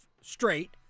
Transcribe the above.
straight